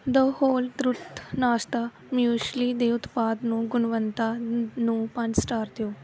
ਦਾ whole truth ਨਾਸ਼ਤਾ muesli ਦੇ ਉਤਪਾਦ ਨੂੰ ਗੁਣਵੱਤਾ ਨੂੰ ਪੰਜ ਸਟਾਰ ਦਿਓ